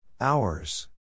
Hours